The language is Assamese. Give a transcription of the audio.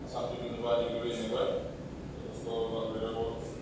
আচাম ত্ৰিবিউনৰ পৰা আদি কৰি এনেকুৱা যথেষ্ট বাতৰি কাকত